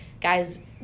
guys